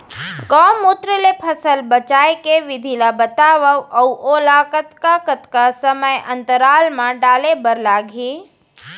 गौमूत्र ले फसल बचाए के विधि ला बतावव अऊ ओला कतका कतका समय अंतराल मा डाले बर लागही?